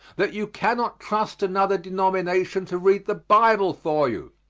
that you cannot trust another denomination to read the bible for you.